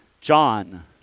John